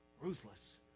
ruthless